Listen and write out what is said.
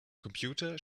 computer